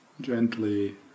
gently